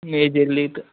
majorly تہٕ